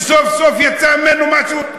שסוף-סוף יצא ממנו משהו,